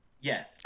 Yes